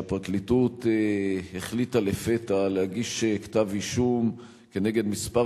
שהפרקליטות החליטה לפתע להגיש כתב-אישום כנגד כמה